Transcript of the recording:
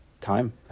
Time